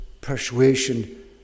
persuasion